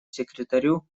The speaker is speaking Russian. секретарю